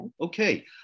Okay